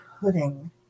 pudding